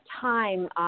time